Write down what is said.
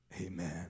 Amen